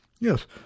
Yes